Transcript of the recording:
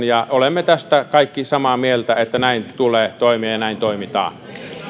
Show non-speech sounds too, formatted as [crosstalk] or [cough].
[unintelligible] ja olemme tästä kaikki samaa mieltä että näin tulee toimia ja näin toimitaan